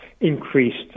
increased